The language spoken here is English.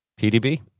PDB